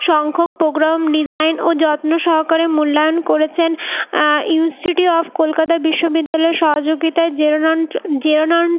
সংখ্যক programme design ও যত্ন সহকারে মূল্যায়ন করেছেন ইন্সটিটিউট অব কলকাতা বিশ্ববিদ্যালয়ের সহযোগিতায় জেরোনন জেরোনন